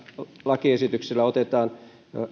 lakiesityksellä otetaan